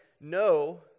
no